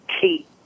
key